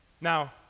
Now